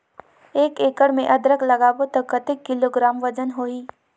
एक एकड़ मे अदरक लगाबो त कतेक किलोग्राम वजन होही?